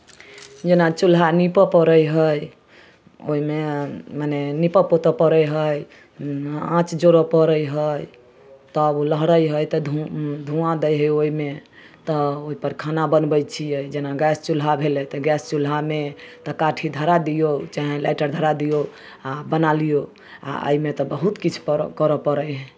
जेना चूल्हा नीपय पड़ै हइ ओहिमे मने नीपय पोतय पड़ै हइ आँच जोड़य पड़ै हइ ताव लहरै हइ तऽ धु धुआँ दै हइ ओहिमे तऽ ओहिपर खाना बनबै छियै जेना गैस चूल्हा भेलै तऽ गैस चूल्हामे तऽ काठी धरा दियौ चाहे लाइटर धरा दियौ आ बना लियौ आ एहिमे तऽ बहुत किछु परऽ करऽ पड़ै हइ